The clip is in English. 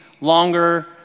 longer